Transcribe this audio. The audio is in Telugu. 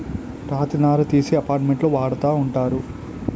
రాతి నార తీసి అపార్ట్మెంట్లో వాడతా ఉంటారు